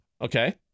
Okay